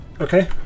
Okay